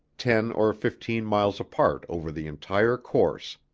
ten or fifteen miles apart over the entire course.